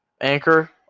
Anchor